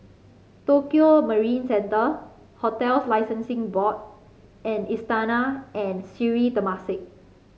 Tokio Marine Centre Hotels Licensing Board and Istana and Sri Temasek